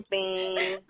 Bing